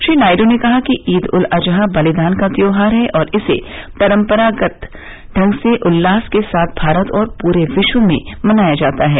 श्री नायड् ने कहा कि ईद उल अजहा बलिदान का त्योहार है और इसे परम्परागत उल्लास के साथ भारत और पूरे विश्व में मनाया जाता है